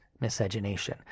miscegenation